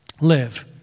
live